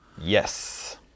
Yes